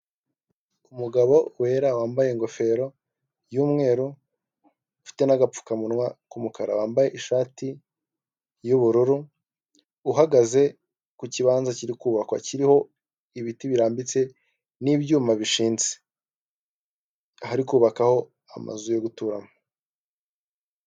Umugabo wera, wambaye ingofero y'umweru, ufite n'agapfukamunwa k'umukara. Wambaye ishati y'ubururu, uhagaze ku kibanza kiri kubakwa. Kiriho ibiti birambitse, n'ibyuma bishinze. Ahari kubakaho amazu yo guturamo.